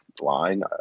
line